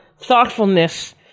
thoughtfulness